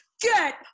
get